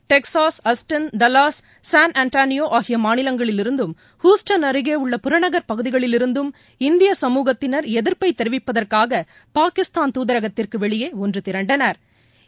Texas Austin Dallas San Antonio ஆகிய மாநிலங்களிலிருந்தும் Houston அருகே உள்ள புறநகர் பகுதிகளிலிருந்தும் இந்திய சமுகத்தினர் எதிர்ப்பை தெரிவிப்பதற்காக பாகிஸ்தான் தூதரகத்திற்கு வெளியே ஒன்று திரண்டனா்